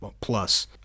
plus